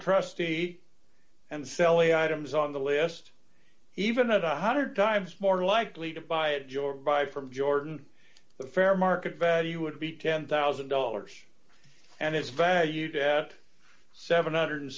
trustee and selling items on the list even at a one hundred times more likely to buy it your vibe from jordan the fair market value would be ten thousand dollars and its value to add seven hundred and